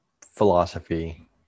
philosophy